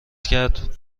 کرد